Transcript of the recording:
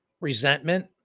resentment